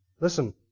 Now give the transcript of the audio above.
Listen